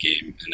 game